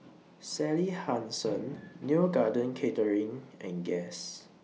Sally Hansen Neo Garden Catering and Guess